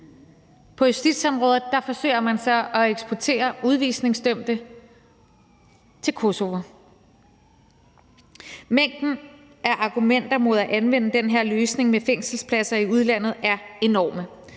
på justitsområdet, hvor man forsøger at eksportere udvisningsdømte til Kosovo. Mængden af argumenter mod at anvende den her løsning med fængselspladser i udlandet er enorm.